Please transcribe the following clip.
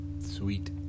Sweet